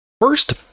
first